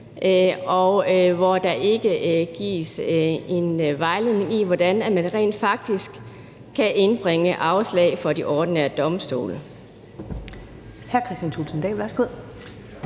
og at der ikke blev givet en vejledning om, hvordan man rent faktisk kunne indbringe afslag for de ordinære domstole.